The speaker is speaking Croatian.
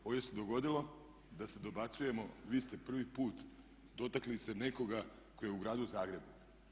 Ovdje se dogodilo da se dobacujemo vi ste prvi put dotakli se nekoga tko je u gradu Zagrebu.